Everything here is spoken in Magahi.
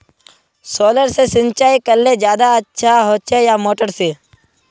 सोलर से सिंचाई करले ज्यादा अच्छा होचे या मोटर से?